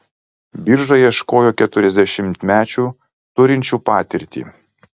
birža ieškojo keturiasdešimtmečių turinčių patirtį